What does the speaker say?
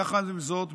יחד עם זאת,